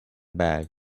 bag